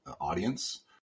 audience